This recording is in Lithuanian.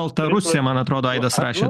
baltarusija man atrodo aidas rašė